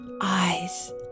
eyes